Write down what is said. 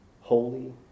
holy